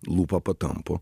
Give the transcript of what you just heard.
lūpą patampo